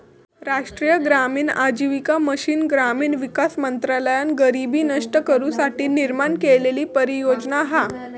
राष्ट्रीय ग्रामीण आजीविका मिशन ग्रामीण विकास मंत्रालयान गरीबी नष्ट करू साठी निर्माण केलेली परियोजना हा